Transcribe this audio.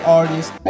artists